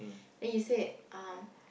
then you said um